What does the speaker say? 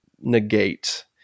negate